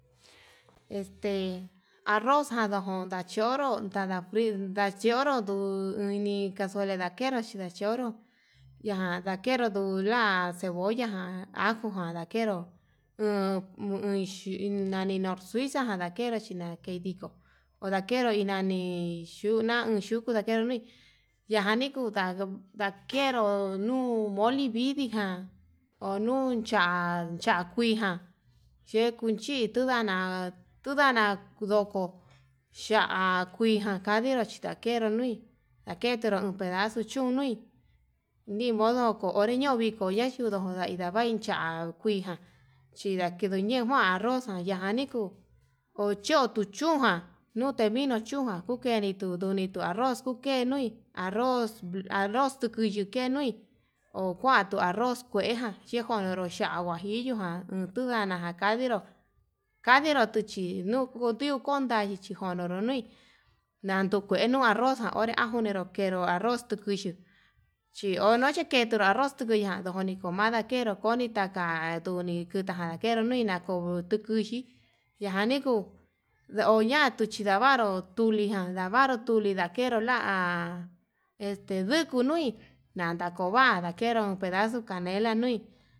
Este arroz na jonaxhioro nadafri ndaxhioru nuu, uu uni casuela ndachero chí ndachioro ña ndakenru u la cebolla jan ajo jan ndakenru uun yuu nani, norzuisa jan ndakero chinakei ndiko hindakeru iin nani yuja yuku nakenu nui yajan ni kuu nda'a nda'a ndakeruu no'o moli vidii, jan unun cha'a ya'á kuijan yekui chin tudana jan tundana kudoko ya'á, kuijan kadiro chindakeru nuin ndakeru uun pedazo chún nui nimodo kuu onró ño'o viko ñayunduu ndai ndavai ya'á kuijan, chindakeño ndejuan arroz nayani kuu ocho tuu chunján nute vinuu chunjan kuu kenitu ndunitu kuu arroz kukenui arroz, arroz tuku yukei kenuui okuandu arroz kuejan chikonro ya'á huajillo jan nonduu ndana njaniro kandiro tuu chi nuu, nukundio kundayi chijodoro noi nanduu kueno arroz ján onre ajo ninu kuenro arroz tukuyu chiono chiketunru arroz kutu ya'á ndoni komada kenro koni taka, nduni kuu ndakero nuina ko tuu nduyii yaniku oñatu chiku ndavaru tulijan ndavaru tudii lakenró la este ndukuu nui nanda kova'a ndakero ndaxuu canela nui.